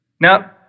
Now